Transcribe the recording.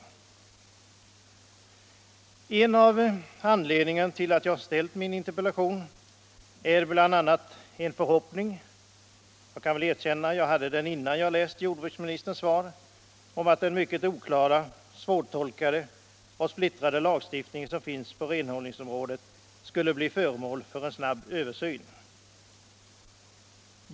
En av anledningarna till att jag framställt min interpellation är en förhoppning — jag kan erkänna att jag hade den innan jag läst jordbruksministerns svar — om att den mycket oklara, svårtolkade och splittrade lagstiftning som finns på renhållningsområdet skulle bli föremål för en snabb översyn.